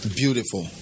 beautiful